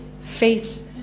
faith